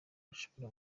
bashobora